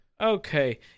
Okay